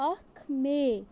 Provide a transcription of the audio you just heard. اَکھ مئی